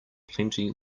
plenty